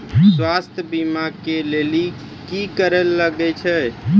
स्वास्थ्य बीमा के लेली की करे लागे छै?